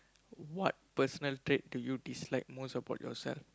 what personal trait do you dislike most about yourself